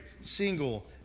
single